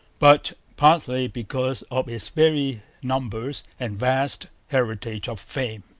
but, partly because of its very numbers and vast heritage of fame,